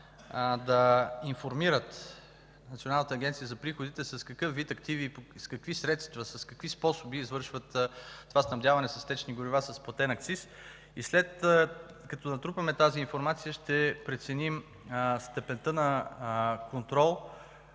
да информират Националната агенция за приходите (НАП) с какъв вид активи и с какви средства, с какви способи извършват това снабдяване с течни горива с платен акциз. След като натрупаме тази информация, ще преценим степента на контрол